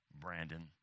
Brandon